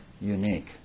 unique